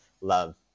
love